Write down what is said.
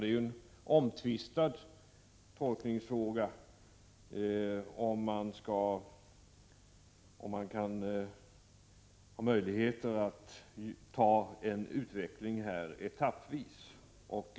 Det är en omtvistad tolkningsfråga om man kan låta utvecklingen ske etappvis.